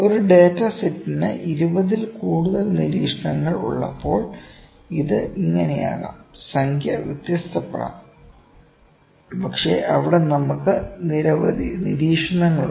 ഒരു ഡാറ്റ സെറ്റിന് 20 ൽ കൂടുതൽ നിരീക്ഷണങ്ങൾ ഉള്ളപ്പോൾ ഇത് ഇങ്ങനെയാകാം സംഖ്യ വ്യത്യാസപ്പെടാം പക്ഷേ അവിടെ നമുക്ക് നിരവധി നിരീക്ഷണങ്ങൾ ഉണ്ട്